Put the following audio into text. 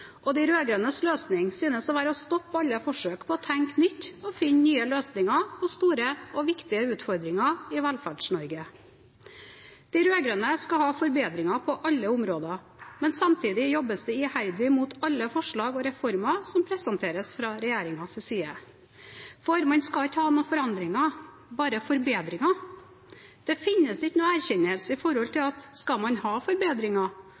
og de rød-grønnes løsning synes å være å stoppe alle forsøk på å tenke nytt og finne nye løsninger på store og viktige utfordringer i Velferds-Norge. De rød-grønne skal ha forbedringer på alle områder, men samtidig jobbes det iherdig mot alle forslag og reformer som presenteres fra regjeringens side – for man skal ikke ha forandringer, bare forbedringer. Det finnes ikke noen erkjennelse av at skal man ha forbedringer,